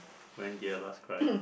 when did I last cry